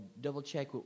double-check